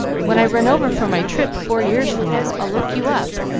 when i run over for my trip four years from now, i'll look you up,